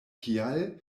kial